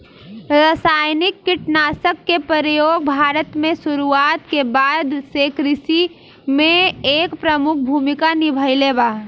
रासायनिक कीटनाशक के प्रयोग भारत में शुरुआत के बाद से कृषि में एक प्रमुख भूमिका निभाइले बा